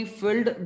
filled